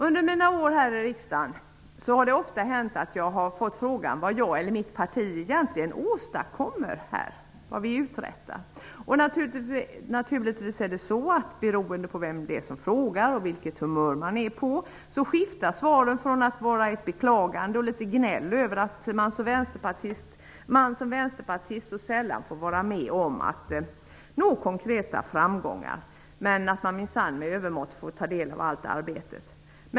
Under mina år här i riksdagen har det ofta hänt att jag fått frågan vad jag, eller mitt parti, egentligen uträttar här. Naturligtvis blir svaret olika, beroende på vem som frågar och vilket humör man är på. Det kan vara ett beklagande och litet gnäll över att man som vänsterpartist så sällan får vara med om att nå konkreta framgångar, men att man minsann med övermått får ta del av allt arbetet.